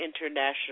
international